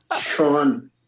Sean